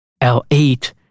L8